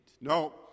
No